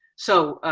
so